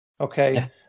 Okay